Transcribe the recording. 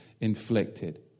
inflicted